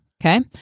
Okay